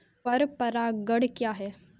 पर परागण क्या है?